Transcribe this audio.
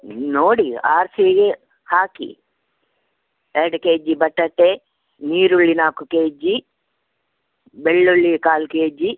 ನೋಡಿ ಆರಿಸಿ ಹಾಕಿ ಎರಡು ಕೆ ಜಿ ಬಟಾಟೆ ನೀರುಳ್ಳಿ ನಾಲ್ಕು ಕೆ ಜಿ ಬೆಳ್ಳುಳ್ಳಿ ಕಾಲು ಕೆ ಜಿ